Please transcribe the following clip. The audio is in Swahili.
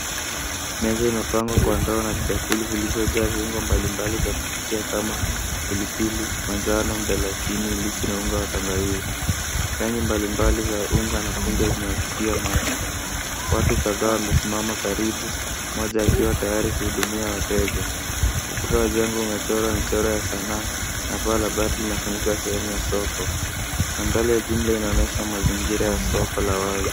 Meza zimejaa bidhaa safi za chakula na viungo mbalimbali vya kupikia kama pilipili, manjano, mdalasini, iliki na unga wa tangawizi. Rangi za viungo na unga zinavutia macho. Watu wamesimama karibu, wakiwa tayari kununua bidhaa. Pande za duka zimepambwa kwa bidhaa za sanaa, na baadhi yamewekwa kwenye vifuniko vya plastiki. Taswira kwa ujumla inaonyesha mazingira ya soko la wazi.